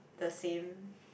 the same